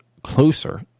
closer